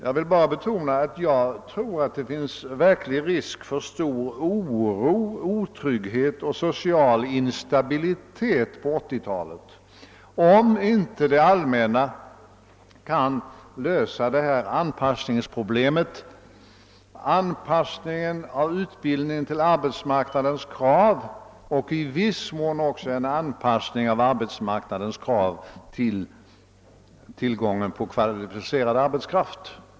Jag vill bara betona att jag tror att det finns verklig risk för stor oro, otrygghet och social instabilitet på 1980-talet, om inte det allmänna kan lösa problemet med anpassningen av utbildningen till arbetsmarknadens krav och i viss mån även anpassningen av arbetsmarknadens krav till tillgången på kvalificerad arbetskraft.